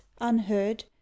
unheard